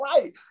Right